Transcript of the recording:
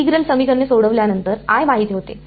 integral समीकरणे सोडवल्यानंतर I माहित होते